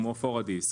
כמו פוריידיס,